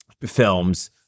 films